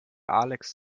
alex